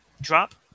drop